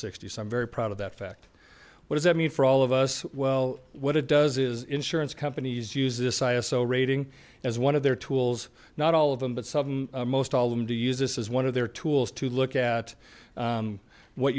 sixty so i'm very proud of that fact what does it mean for all of us well what it does is insurance companies use this cya so rating as one of their tools not all of them but most all of them to use this as one of their tools to look at what